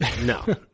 no